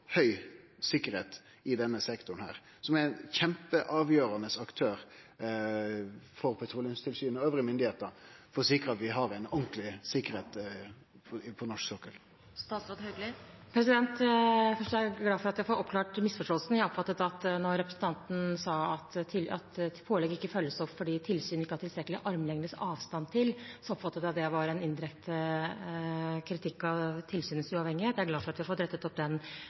høg sikkerheit i denne sektoren, og som er ein kjempeavgjerande aktør for Petroleumstilsynet og myndigheitene elles for å sikre at vi har god tryggleik på norsk sokkel? Først: Jeg er glad for at vi får oppklart misforståelsen. Når representanten sa at pålegg ikke følges opp fordi tilsynet ikke har tilstrekkelig armlengdens avstand, oppfattet jeg at det var en indirekte kritikk av tilsynets uavhengighet. Jeg er glad for at vi har fått rettet opp den